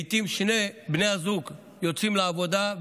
לעיתים שני בני הזוג יוצאים לעבודה,